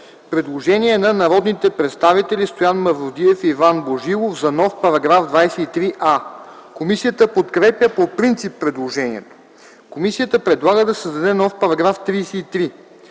предложение на народните представители Стоян Мавродиев и Иван Божилов за нов § 23а. Комисията подкрепя по принцип предложението. Комисията предлага да се създаде нов § 33: „§ 33.